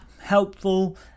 helpful